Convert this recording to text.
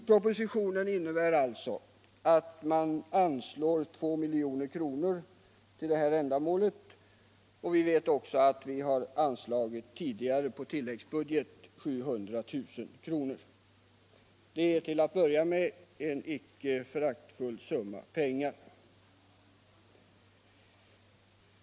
Propositionen innebär att man anslår 2 milj.kr. till upplysning om tobak, och vi har tidigare på tilläggsbudget anslagit 700 000 kr. för detta ändamål. Det är en icke föraktlig summa pengar.